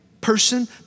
person